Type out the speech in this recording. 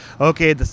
okay